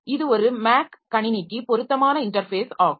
இது ஒரு மேக் கணினிக்கு பொருத்தமான இன்டர்ஃபேஸ் ஆகும்